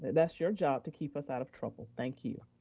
and that's your job, to keep us out of trouble, thank you.